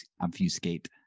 obfuscate